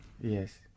Yes